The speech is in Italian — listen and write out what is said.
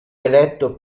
eletto